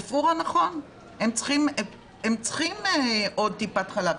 נכון, הם צריכים עוד טיפת חלב.